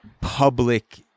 public